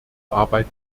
arbeit